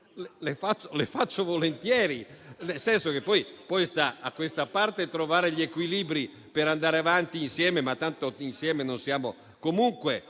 le faccio volentieri e poi starà a questa parte trovare gli equilibri per andare avanti insieme. Tanto insieme non siamo comunque